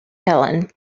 helen